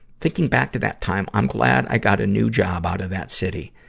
thinking back to that time, i'm glad i got a new job out of that city,